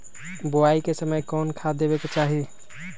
बोआई के समय कौन खाद देवे के चाही?